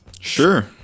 Sure